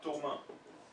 בתור מה?